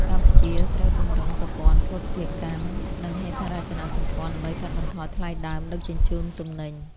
កម្ពុជាត្រូវពង្រឹងប្រព័ន្ធភស្តុភារកម្ម និងហេដ្ឋារចនាសម្ព័ន្ធ ដើម្បីកាត់បន្ថយថ្លៃដើមដឹកជញ្ជូនទំនិញ។